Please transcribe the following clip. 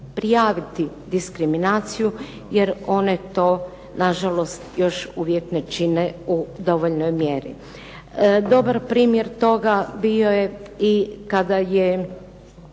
prijaviti diskriminaciju jer one to na žalost još uvijek ne čine u dovoljnoj mjeri. Dobar primjer toga bio je i kada je